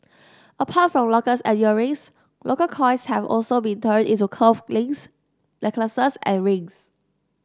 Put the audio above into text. apart from lockets and earrings local coins have also been turned into cuff links necklaces and rings